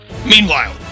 Meanwhile